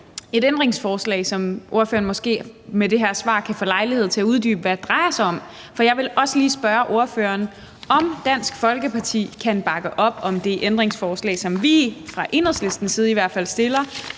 et ændringsforslag, som ordføreren måske i sit svar kan få lejlighed til at uddybe hvad drejer sig om. For jeg vil også lige spørge ordføreren, om Dansk Folkeparti kan bakke op om det ændringsforslag, som vi fra Enhedslistens side i hvert fald stiller,